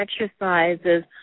exercises